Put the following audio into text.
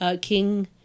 King